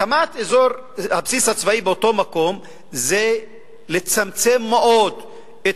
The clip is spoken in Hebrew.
הקמת בסיס צבאי באותו מקום תצמצם מאוד את